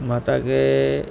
माता खे